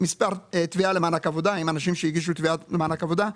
מספר תביעה למענק עבודה,